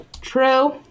True